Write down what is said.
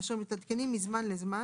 אשר מתעדכנים מזמן לזמן,